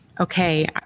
Okay